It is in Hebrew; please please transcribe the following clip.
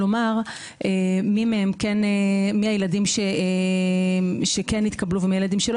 אנחנו לא יודעים לומר מי הילדים שכן התקבלו ומה הילדים שלא